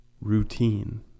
Routine